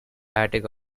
attic